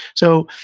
so,